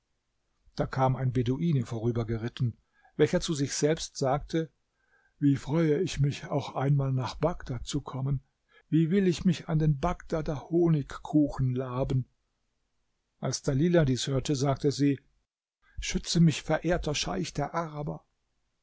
da kam ein beduine vorübergeritten welcher zu sich selbst sagte wie freue ich mich auch einmal nach bagdad zu kommen wie will ich mich an den bagdader honigkuchen laben als dalilah dies hörte sagte sie schütze mich verehrter scheich der araber